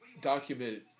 documented